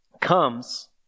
comes